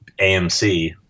AMC